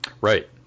right